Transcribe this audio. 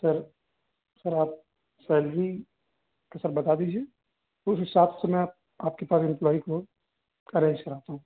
sir sir आप salary तो sir बता दीजिए उस हिसाब से मैं आपके पास इम्प्लॉई को अरेन्ज कराता हूँ